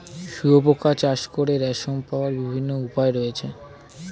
শুঁয়োপোকা চাষ করে রেশম পাওয়ার বিভিন্ন উপায় রয়েছে